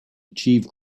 achieve